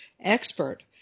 expert